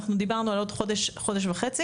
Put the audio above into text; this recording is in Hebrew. אנחנו דיברנו על עוד חודש, חודש וחצי.